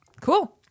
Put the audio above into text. Cool